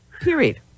period